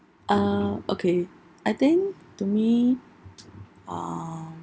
uh okay I think to me uh